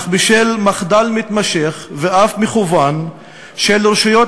אך בשל מחדל מתמשך ואף מכוון של רשויות